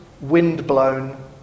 wind-blown